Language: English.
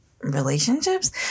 relationships